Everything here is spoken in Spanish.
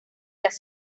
las